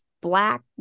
black